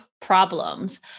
problems